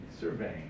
surveying